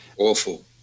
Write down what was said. awful